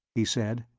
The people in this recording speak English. he said.